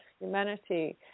humanity